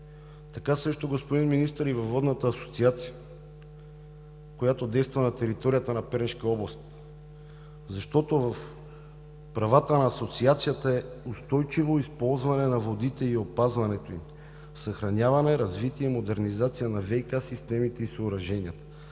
така също, господин Министър, и във Водната асоциация, която действа на територията на Пернишка област. Защото в правата на Асоциацията е устойчиво използване на водите и опазването им, съхраняване, развитие и модернизация на ВиК системите и съоръженията,